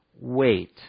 wait